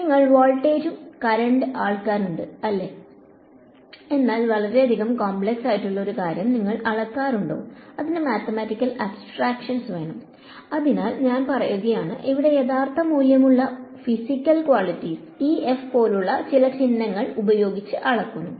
നിങ്ങൾ വോൾട്ടേജ് കരണ്ടും ആൾക്കാർ ഉണ്ട് അല്ലേ എന്നാൽ വളരെയധികം കോംപ്ലസ്ആയിട്ടുള്ള ഒരു കാര്യം നിങ്ങൾ അളക്കാറുണ്ടോ അതിന് മാത്തമാറ്റിക്കൽ അബ്സ്ട്രാകഷൻവേണം അതിനാൽ ഞാൻ പറയുകയാണ് ഇവിടെ യഥാർത്ഥ മൂല്യമുള്ള ഉള്ള ഫിസിക്കൽ ക്വാളിറ്റീസ് E F പോലുള്ള ചില ചിന്നങ്ങൾ ഉപയോഗിച്ചു അളക്കുന്നു